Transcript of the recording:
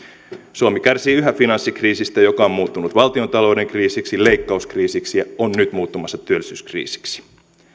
suomi kärsii yhä finanssikriisistä joka on muuttunut valtiontalouden kriisiksi leikkauskriisiksi ja on nyt muuttumassa työllisyyskriisiksi